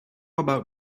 about